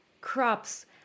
crops